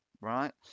right